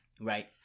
Right